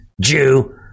Jew